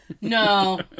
no